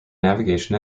navigation